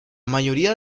mayoría